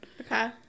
Okay